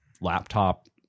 laptop